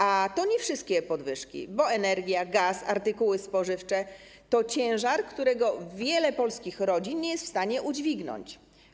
A to nie wszystkie podwyżki, bo energia, gaz, artykuły spożywcze to ciężar, którego wiele polskich rodzin nie jest w stanie udźwignąć.